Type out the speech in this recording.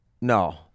No